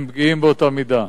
הם פגיעים באותה מידה.